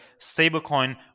stablecoin